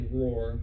roar